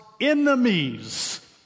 enemies